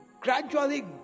gradually